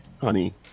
honey